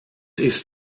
ist